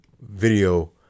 video